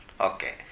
Okay